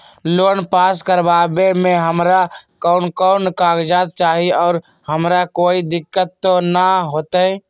Loan पास करवावे में हमरा कौन कौन कागजात चाही और हमरा कोई दिक्कत त ना होतई?